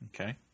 Okay